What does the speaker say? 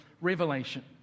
revelation